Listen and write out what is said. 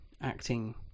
acting